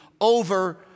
over